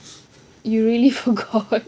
you really feel forgot